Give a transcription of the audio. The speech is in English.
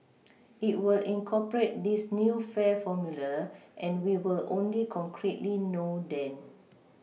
it will incorporate this new fare formula and we will only concretely know then